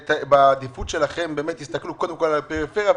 שבעדיפות שלכם תסתכלו קודם כל על הפריפריה,